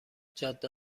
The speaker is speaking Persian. جاده